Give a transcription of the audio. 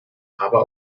aber